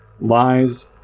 lies